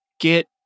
get